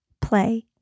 play